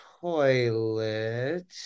toilet